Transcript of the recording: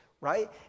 right